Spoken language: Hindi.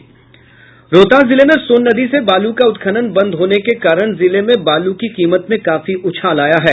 रोहतास जिले में सोन नदी से बालू का उत्खनन बंद होने के कारण जिले में बालू की कीमत में काफी उछाल आया है